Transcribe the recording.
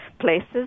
places